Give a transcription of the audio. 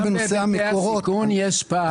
גם בהיבטי הסיכון יש פער.